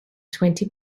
twenty